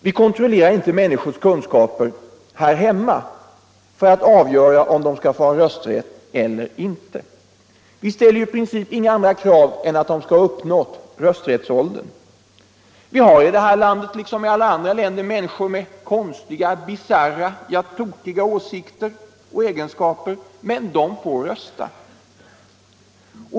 Vi kontrollerar inte människors kunskaper här hemma för att avgöra om de skall få ha rösträtt eller inte. Vi ställer i princip inga andra krav än att de skall ha uppnått rösträttsåldern. Vi har här i landet liksom i alla andra länder människor med bisarra, tokiga åsikter och egenskaper, men de får rösta.